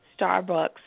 Starbucks